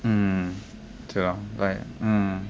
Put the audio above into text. mm 对 lor like mm